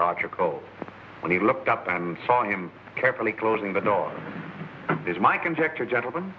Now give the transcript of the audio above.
cope when he looked up and saw him carefully closing the door is my conjecture gentleman